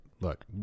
Look